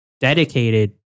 dedicated